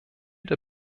der